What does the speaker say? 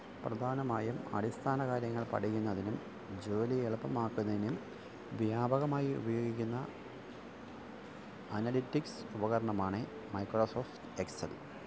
പ്രധാനമായും അടിസ്ഥാന കാര്യങ്ങൾ പഠിക്കുന്നതിനും ജോലി എളുപ്പമാക്കുന്നതിനും വ്യാപകമായി ഉപയോഗിക്കുന്ന അനലിറ്റിക്സ് ഉപകരണമാണ് മൈക്രോസോഫ്റ്റ് എക്സൽ